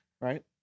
Right